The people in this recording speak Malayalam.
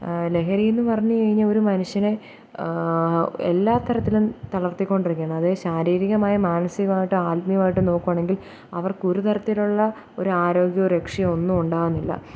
ലഹരിയെന്നു പറഞ്ഞു കഴിഞ്ഞാൽ ഒരു മനുഷ്യനെ എല്ലാത്തരത്തിലും തളർത്തികൊണ്ടിരിക്കുകയാണ് അതായത് ശാരീരികമായും മനസികമായിട്ടും ആത്മീയമായിട്ടും നോക്കുകയാണെങ്കിൽ അവർക്കൊരുത്തരത്തിലുള്ള ഒരു ആരോഗ്യ രക്ഷയോ ഒന്നും ഉണ്ടാകുന്നില്ല